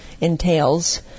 entails